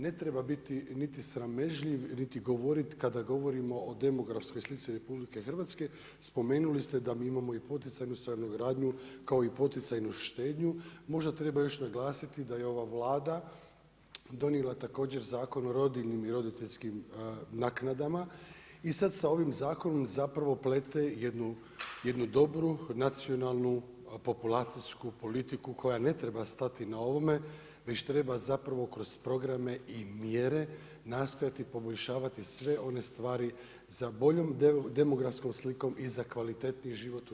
Ne treba biti niti sramežljiv niti govoriti kada govorimo o demografskoj slici RH, spomenuli ste da mi imamo i poticajnu stanogradnju kao i poticajnu štednju, možda treba još naglasiti da je ova Vlada donijela Zakon o rodiljnim i roditeljskim naknadama i sad sa ovim zakonom zapravo plete jednu dobru nacionalnu populacijsku politiku koja ne treba stati na ovome, već treba zapravo kroz programe i mjere, nastojati poboljšavati sve one stvari za boljom demografskom slikom i za kvalitetniji život u RH.